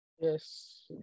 Yes